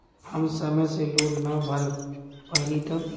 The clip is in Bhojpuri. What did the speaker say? हम समय से लोन ना भर पईनी तब?